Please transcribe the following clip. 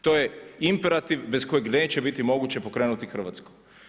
To je imperativ bez kojeg neće biti moguće pokrenuti Hrvatsku.